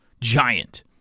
giant